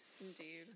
Indeed